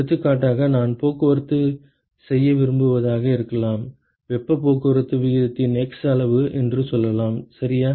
எடுத்துக்காட்டாக நான் போக்குவரத்து செய்ய விரும்புவதாக இருக்கலாம் வெப்பப் போக்குவரத்து விகிதத்தின் x அளவு என்று சொல்லலாம் சரியா